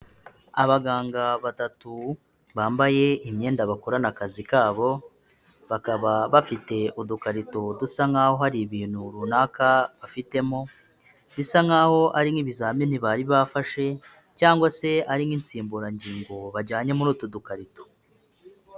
Abaganga batatu, bambaye imyenda bakorana akazi kabo, bakaba bafite udukarito dusa nkaho hari ibintu runaka bafitemo, bisa nkaho ari nk'ibizamini bari bafashe cyangwa se ari nk'insimburangingo bajyanye muri utu dukarito.